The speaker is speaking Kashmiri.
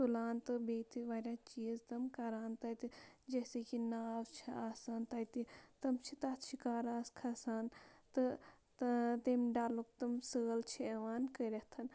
تُلان تہٕ بیٚیہِ تہِ واریاہ چیٖز تِم کَران تَتہِ جیسے کہِ ناو چھِ آسان تَتہِ تِم چھِ تَتھ شِکاراہَس کھَسان تہٕ تہٕ تَمہِ ڈَلُک تِم سٲل چھِ یِوان کٔرِتھ